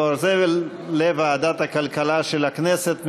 דואר זבל) לוועדת הכלכלה של הכנסת.